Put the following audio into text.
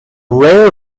rare